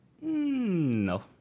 No